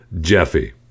Jeffy